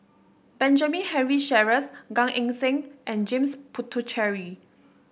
Benjamin Henry Sheares Gan Eng Seng and James Puthucheary